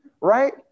right